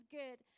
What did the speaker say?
good